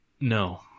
No